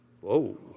Whoa